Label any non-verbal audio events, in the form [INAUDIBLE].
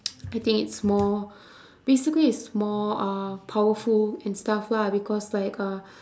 [NOISE] I think it's more basically it's more uh powerful and stuff lah because like uh